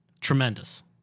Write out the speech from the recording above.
Tremendous